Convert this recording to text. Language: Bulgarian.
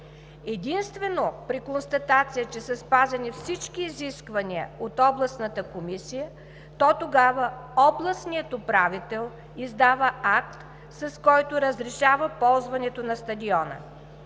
Единствено при констатация, че са спазени всички изисквания от областната комисия, то тогава областният управител издава акт, с който разрешава ползването на стадиона.